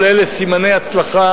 כל אלה הם סימני הצלחה,